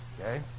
Okay